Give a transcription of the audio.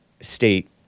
state